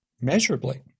measurably